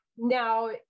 now